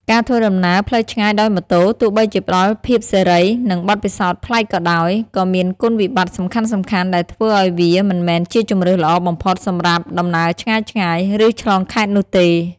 ការធ្វើដំណើរផ្លូវឆ្ងាយដោយម៉ូតូ ទោះបីជាផ្តល់ភាពសេរី និងបទពិសោធន៍ប្លែកក៏ដោយ ក៏មានគុណវិបត្តិសំខាន់ៗដែលធ្វើឱ្យវាមិនមែនជាជម្រើសល្អបំផុតសម្រាប់ដំណើរឆ្ងាយៗ ឬឆ្លងខេត្តនោះទេ។